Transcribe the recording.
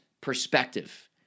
perspective